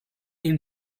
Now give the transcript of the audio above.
ihnen